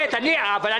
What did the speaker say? עוטף עזה.